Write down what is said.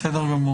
בסדר.